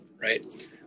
right